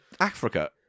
Africa